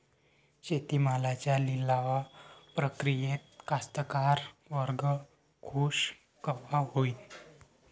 शेती मालाच्या लिलाव प्रक्रियेत कास्तकार वर्ग खूष कवा होईन?